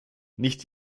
nicht